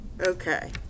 Okay